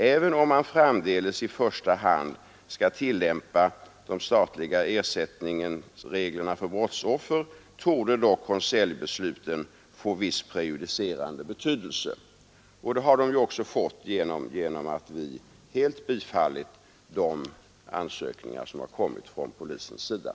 Även om man framdeles i första hand skall tillämpa SFS 1971:505 torde dock konseljbesluten få viss prejudicerande betydelse.” Sådan betydelse har de också fått genom att vi helt bifallit de ansökningar som inkommit från polispersonal.